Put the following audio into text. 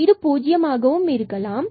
இது பூஜ்ஜியம் ஆகவும் இருக்கலாம்